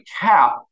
cap